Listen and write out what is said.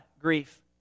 grief